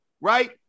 right